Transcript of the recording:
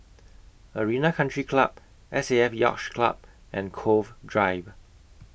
Arena Country Club S A F Yacht Club and Cove Drive